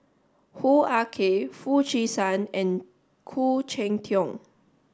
Hoo Ah Kay Foo Chee San and Khoo Cheng Tiong